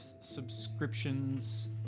subscriptions